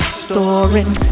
storing